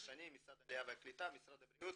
שנים בין משרד העלייה והקליטה ומשרד הבריאות,